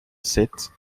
sept